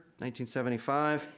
1975